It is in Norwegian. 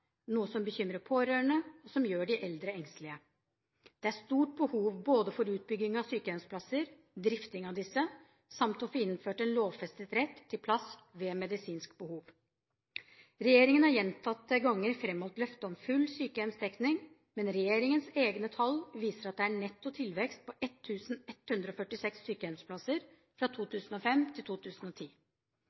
noe som bekymrer pårørende og som gjør de eldre engstelige. Det er stort behov både for utbygging av sykehjemsplasser og for drift av disse samt å få innført en lovfestet rett til plass ved medisinsk behov. Regjeringen har gjentatte ganger fremholdt løftet om full sykehjemsdekning, men regjeringens egne tall viser at det er en netto tilvekst på 1 146 sykehjemsplasser fra 2005 til 2010.